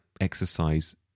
exercise